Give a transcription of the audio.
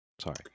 sorry